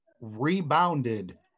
rebounded